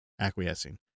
acquiescing